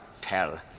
Tell